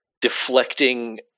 deflecting